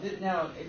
Now